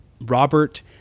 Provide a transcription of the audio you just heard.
Robert